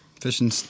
fishing